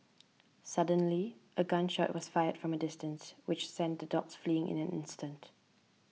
suddenly a gun shot was fired from a distance which sent the dogs fleeing in an instant